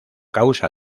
causa